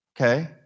Okay